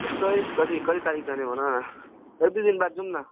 त्यस्तै कति कति तारिक जाने भन न एक दुई दिनबाद जाऔँ न